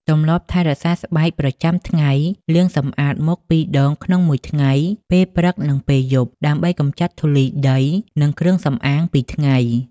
ទម្លាប់ថែរក្សាស្បែកប្រចាំថ្ងៃលាងសម្អាតមុខពីរដងក្នុងមួយថ្ងៃ ពេលព្រឹក និងពេលយប់ ដើម្បីកម្ចាត់ធូលីដី និងគ្រឿងសម្អាងពីថ្ងៃ ។